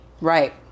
Right